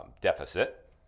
deficit